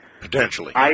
potentially